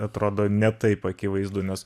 atrodo ne taip akivaizdu nes